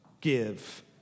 give